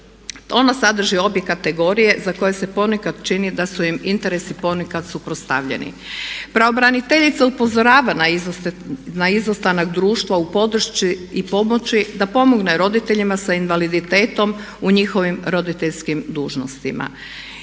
Ono sadrži obje kategorije za koje se ponekad čini da su im interesi ponekad suprotstavljeni. Pravobraniteljica upozorava na izostanak društva u području i pomoći da pomogne roditeljima sa invaliditetom u njihovim roditeljskim dužnostima.